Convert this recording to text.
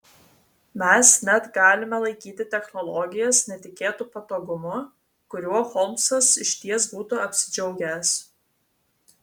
mes net galime laikyti technologijas netikėtu patogumu kuriuo holmsas išties būtų apsidžiaugęs